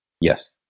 Yes